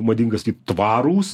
madinga sakyt tvarūs